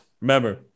remember